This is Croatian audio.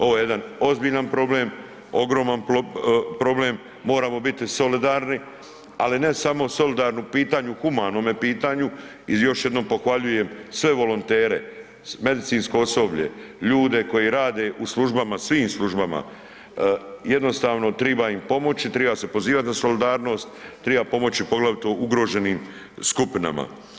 Ovo je jedan ozbiljan problem, ogroman problem, moramo biti solidarni, ali ne samo solidarni u pitanju humanome pitanju i još jednom pohvaljujem sve volontere, medicinsko osoblje, ljude koji rade u službama, svim službama, jednostavno treba im pomoći, treba se pozivat na solidarnost, treba pomoći poglavito ugroženim skupinama.